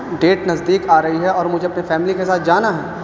date نزدیک آ رہی ہے اور مجھے اپنی فیملی کے ساتھ جانا ہے